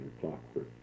clockwork